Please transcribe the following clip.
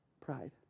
Pride